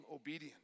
obedient